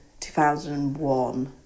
2001